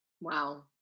Wow